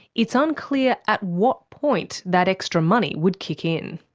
it's unclear at what point that extra money would kick in.